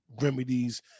remedies